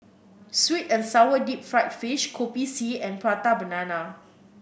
sweet and sour Deep Fried Fish Kopi C and Prata Banana